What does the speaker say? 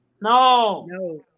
No